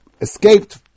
escaped